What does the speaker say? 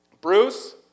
Bruce